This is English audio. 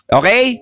okay